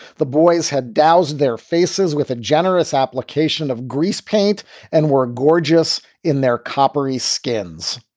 the boys had dowsed their faces with a generous application of grease paint and were gorgeous in their coppery skins.